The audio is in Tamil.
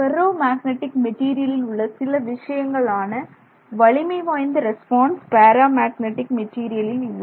ஃபெர்ரோ மேக்னெட்டிக் மெட்டீரியலில் உள்ள சில விஷயங்கள் ஆன வலிமை வாய்ந்த ரெஸ்பான்ஸ் பேரா மேக்னடிக் மெட்டீரியலில் இல்லை